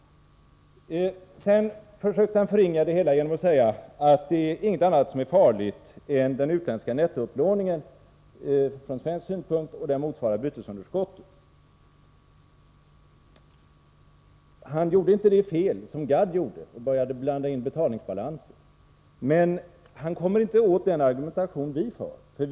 Sedan försökte Bo Södersten förringa problemet genom att säga att det inte är något annat som från svensk synpunkt är farligt än vår nettoupplåning utomlands, och den motsvarar bytesunderskottet. Han gjorde inte det fel som Arne Gadd begick när han blandade in betalningsbalansen, men han kom ändå inte åt den argumentation vi för.